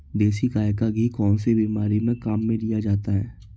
देसी गाय का घी कौनसी बीमारी में काम में लिया जाता है?